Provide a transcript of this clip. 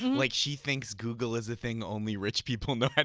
like she thinks google is a thing only rich people know how to